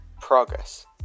progress